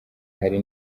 hari